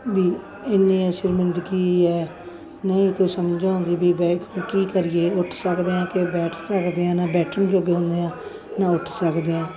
ਵੀ ਇੰਨੀ ਸ਼ਰਮਿੰਦਗੀ ਹੈ ਨਹੀਂ ਕੋਈ ਸਮਝ ਆਉਂਦੀ ਵੀ ਬਹਿ ਕੇ ਕੀ ਕਰੀਏ ਉੱਠ ਸਕਦੇ ਹਾਂ ਕਿ ਬੈਠ ਸਕਦੇ ਹਾਂ ਨਾ ਬੈਠਣ ਜੋਗੇ ਹੁੰਦੇ ਹਾਂ ਨਾ ਉੱਠ ਸਕਦੇ ਹਾਂ